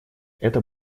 это